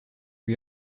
lui